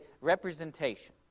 representation